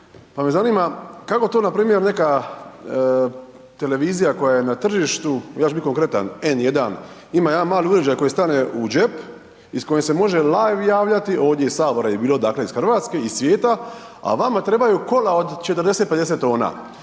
pa me zanima kako to npr. neka televizija koja je na tržištu, ja ću biti konkretan N1, ima jedan mali uređaj koji stane u džep i s kojim se može live javljati ovdje iz Sabora je bilo, dakle iz Hrvatske iz svijeta, a vama trebaju kola od 40, 50 tona.